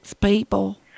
people